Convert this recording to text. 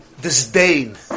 disdain